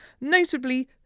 notably